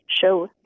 show